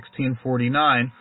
1649